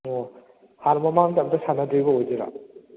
ꯑꯣ ꯍꯥꯟꯅ ꯃꯃꯥꯡꯗ ꯑꯝꯇ ꯁꯥꯟꯅꯗ꯭ꯔꯤꯕ ꯑꯣꯏꯗꯣꯏꯔ